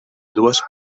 dues